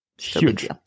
Huge